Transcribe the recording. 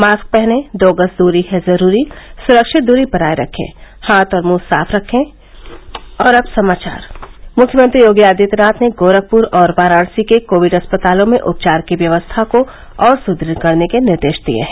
mask पहनें दो गज दूरी है जरूरी सुरक्षित दूरी बनाये रखे हाथ और मुंह साफ रखे मुख्यमंत्री योगी आदित्यनाथ ने गोरखपुर और वाराणसी के कोविड अस्पतालों में उपचार की व्यवस्था को और सुदृढ़ करने के निर्देश दिए हैं